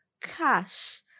cash